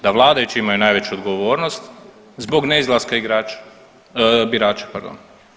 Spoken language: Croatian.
Da vladajući imaju najveću odgovornost zbog neizlaska igrača, birača pardon.